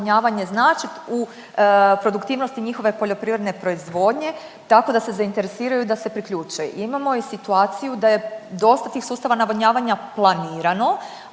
značiti u produktivnosti njihove poljoprivredne proizvodnje, tako da se zainteresiraju i da se priključe. Imamo i situaciju da je dosta tih sustava navodnjavanja planirano,